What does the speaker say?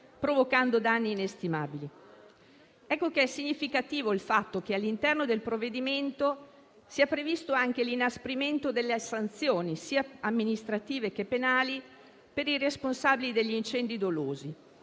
provocando danni inestimabili. Significativo è il fatto che all'interno del provvedimento sia previsto anche l'inasprimento delle sanzioni, sia amministrative, sia penali, per i responsabili degli incendi dolosi.